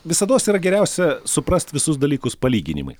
visados yra geriausia suprast visus dalykus palyginimais